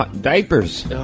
diapers